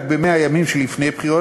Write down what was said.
ב-100 הימים שלפני הבחירות,